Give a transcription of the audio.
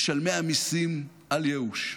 משלמי המיסים, אל ייאוש.